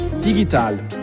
Digital